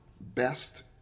best